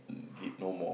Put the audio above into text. mm did no more